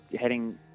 heading